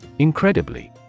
Incredibly